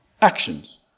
actions